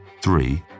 Three